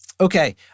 Okay